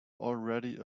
already